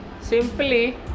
simply